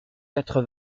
quatre